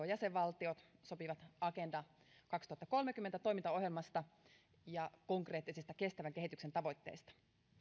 jäsenvaltiot sopivat agenda kaksituhattakolmekymmentä toimintaohjelmasta ja konkreettisista kestävän kehityksen tavoitteista